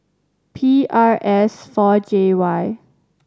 P R S four J Y